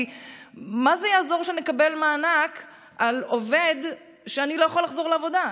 כי מה זה יעזור שנקבל מענק על עובד שלא יכול לחזור לעבודה?